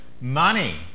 money